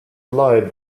bleibt